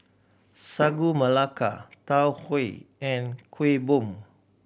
Sagu Melaka Tau Huay and Kueh Bom